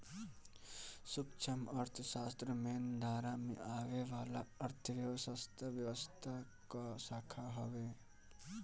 सूक्ष्म अर्थशास्त्र मेन धारा में आवे वाला अर्थव्यवस्था कअ शाखा हवे